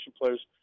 players